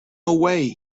away